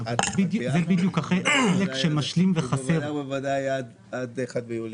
עד 1 בינואר ובוודאי ובוודאי עד 1 ביולי.